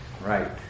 right